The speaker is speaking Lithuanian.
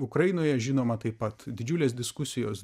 ukrainoje žinoma taip pat didžiulės diskusijos